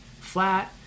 flat